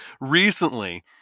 recently